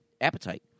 appetite